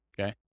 okay